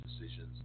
decisions